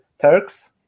Turks